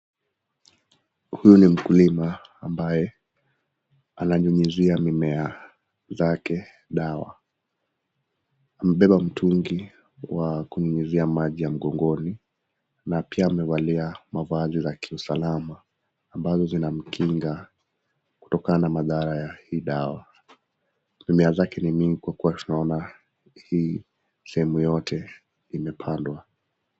Huyu ni mkulima ambaye ananyunyizia mimea zake dawa. Amebeba mtungi wa kunyunyizia maji ya mgongoni na pia amevalia mavazi za kiusalama, ambazo zinamkinga kutokana na madhara ya hii dawa. Mimea zake ni mingi kwa kuwa tunaona hii sehemu yote imepandwa.